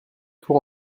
tour